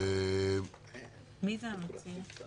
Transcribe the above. מי זה המציע?